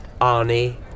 Arnie